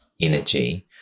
energy